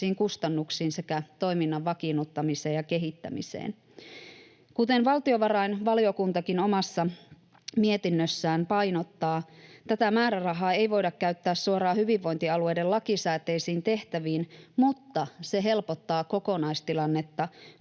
kustannuksiin sekä toiminnan vakiinnuttamiseen ja kehittämiseen. Kuten valtiovarainvaliokuntakin omassa mietinnössään painottaa, tätä määrärahaa ei voida käyttää suoraan hyvinvointialueiden lakisääteisiin tehtäviin, mutta se helpottaa kokonaistilannetta,